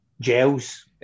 gels